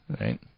right